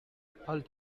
although